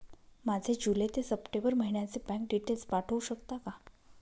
माझे जुलै ते सप्टेंबर महिन्याचे बँक डिटेल्स पाठवू शकता का?